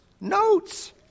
Notes